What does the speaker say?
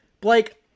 Blake